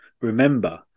remember